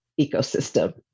ecosystem